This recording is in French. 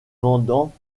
vendant